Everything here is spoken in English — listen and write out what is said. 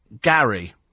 Gary